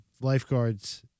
lifeguards